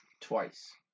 twice